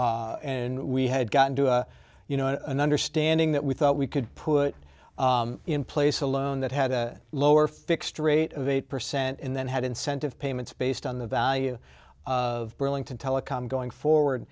in we had gotten you know an understanding that we thought we could put in place a loan that had a lower fixed rate of eight percent and then had incentive payments based on the value of burlington telecom going forward